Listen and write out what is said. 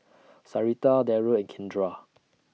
Sarita Daryl and Kindra